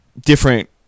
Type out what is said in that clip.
different